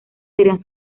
serían